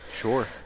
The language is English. Sure